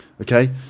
Okay